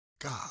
God